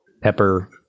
pepper